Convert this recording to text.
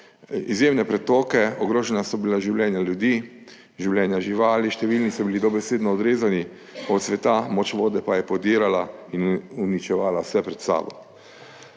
izjemne pretoke, ogrožena so bila življenja ljudi, življenja živali, številni so bili dobesedno odrezani od sveta, moč vode pa je podirala in uničevala vse pred sabo.